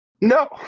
No